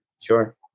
Sure